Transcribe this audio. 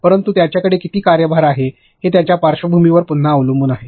परंतु त्यांच्याकडे किती कार्यभार आहे हे त्यांच्या पार्श्वभूमीवर पुन्हा अवलंबून आहे